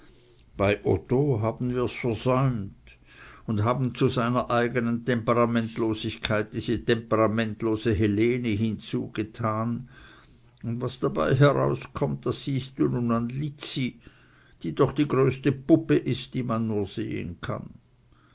bei otto haben wir's versäumt und haben zu seiner eignen temperamentlosigkeit diese temperamentlose helene hinzugetan und was dabei herauskommt das siehst du nun an lizzi die doch die größte puppe ist die man nur sehen kann